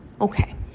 Okay